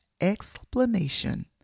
explanation